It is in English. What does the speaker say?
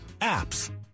APPS